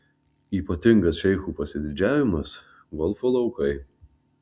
ypatingas šeichų pasididžiavimas golfo laukai